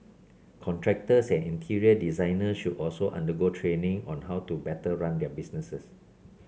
contractors and interior designers should also undergo training on how to better run their businesses